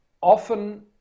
Often